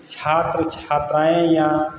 छात्र छात्राएं या